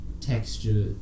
texture